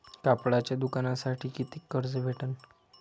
कापडाच्या दुकानासाठी कितीक कर्ज भेटन?